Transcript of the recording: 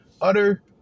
Utter